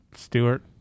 Stewart